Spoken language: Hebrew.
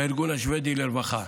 הארגון השבדי לרווחה.